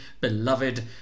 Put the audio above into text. beloved